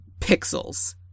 Pixels